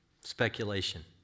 speculation